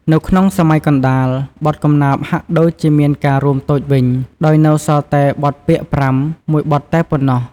នៅក្នុងសម័យកណ្តាល បទកំណាព្យហាក់ដូចជាមានការរួមតូចវិញ ដោយនៅសល់តែ បទពាក្យប្រាំ មួយបទតែប៉ុណ្ណោះ។